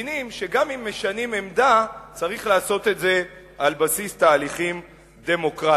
מבינים שגם אם משנים עמדה צריך לעשות את זה על בסיס תהליכים דמוקרטיים.